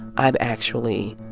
i'm actually,